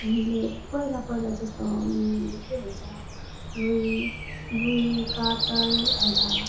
हामीले पहिला पहिला जस्तो के भन्छ रुई रुई कातल अन्त